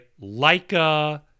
Leica